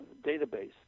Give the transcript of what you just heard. database